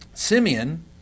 Simeon